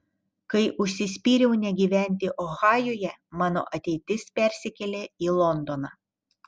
kai užsispyriau negyventi ohajuje mano ateitis persikėlė į londoną